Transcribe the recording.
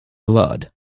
blood